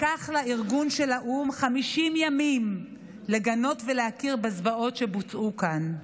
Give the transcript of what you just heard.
לקח לארגון של האו"ם 50 ימים לגנות ולהכיר בזוועות שבוצעו כאן.